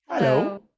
hello